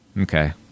Okay